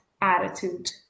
attitude